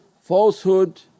falsehood